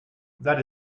that